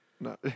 No